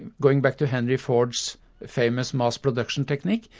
and going back to henry ford's famous mass production techniques,